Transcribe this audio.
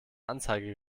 anzeige